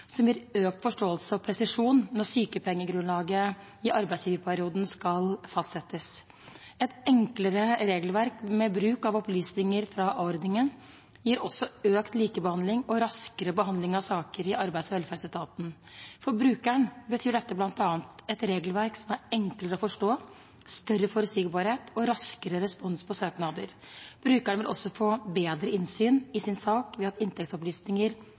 som gir økt forståelse og presisjon når sykepengegrunnlaget i arbeidsgiverperioden skal fastsettes. Et enklere regelverk med bruk av opplysninger fra a-ordningen gir også økt likebehandling og raskere behandling av saker i arbeids- og velferdsetaten. For brukeren betyr dette bl.a. et regelverk som er enklere å forstå, større forutsigbarhet og raskere respons på søknader. Brukeren vil også få bedre innsyn i sin sak ved at inntektsopplysninger